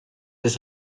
des